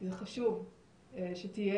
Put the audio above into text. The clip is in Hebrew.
כי חשוב שתהיה,